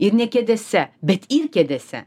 ir ne kėdėse bet kėdėse